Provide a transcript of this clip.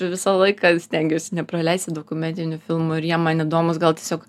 visą laiką stengiuosi nepraleisti dokumentinių filmų ir jie man įdomūs gal tiesiog